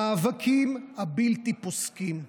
המאבקים הבלתי-פוסקים,